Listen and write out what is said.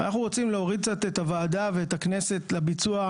ואנחנו רוצים להוריד קצת את הוועדה ואת הכנסת לביצוע,